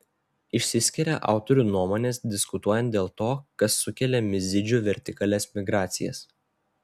išsiskiria autorių nuomonės diskutuojant dėl to kas sukelia mizidžių vertikalias migracijas